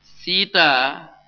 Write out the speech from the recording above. Sita